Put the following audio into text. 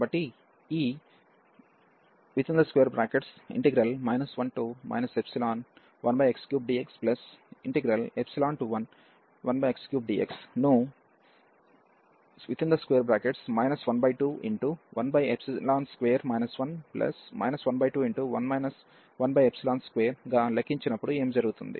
కాబట్టి ఈ 1 ϵ1x3dx11x3dx ను 1212 1 121 12 గా లెక్కించినప్పుడు ఏమి జరుగుతుంది